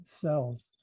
cells